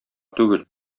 түгел